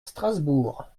strasbourg